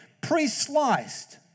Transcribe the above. pre-sliced